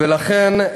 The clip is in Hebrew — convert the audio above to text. ולכן,